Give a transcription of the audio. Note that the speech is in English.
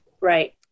Right